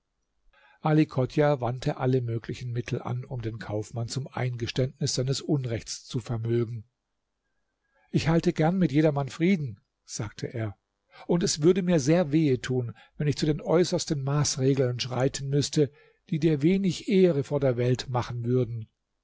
ali chodjah wandte alle möglichen mittel an um den kaufmann zum eingeständnis seines unrechts zu vermögen ich halte gern mit jedermann frieden sagte er und es würde mir sehr wehe tun wenn ich zu den äußersten maßregeln schreiten müßte die dir wenig ehre vor der welt machen würden